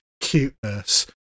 cuteness